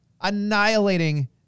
annihilating